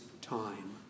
time